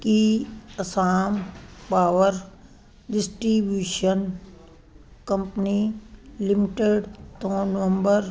ਕੀ Assam power distribution company limited ਤੋਂ ਨਵੰਬਰ